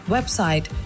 Website